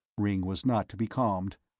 ringg was not to be calmed.